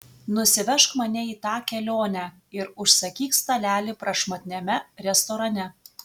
nusivežk mane į tą kelionę ir užsakyk stalelį prašmatniame restorane